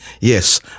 Yes